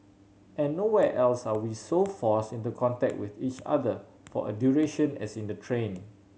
and nowhere else are we so forced into contact with each other for a duration as in the train